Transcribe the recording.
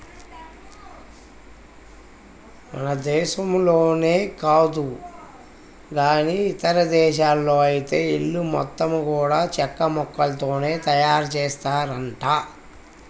మన దేశంలో కాదు గానీ ఇదేశాల్లో ఐతే ఇల్లు మొత్తం గూడా చెక్కముక్కలతోనే తయారుజేత్తారంట